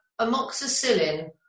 amoxicillin